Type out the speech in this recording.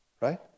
right